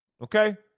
Okay